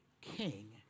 King